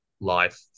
life